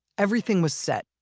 everything was set.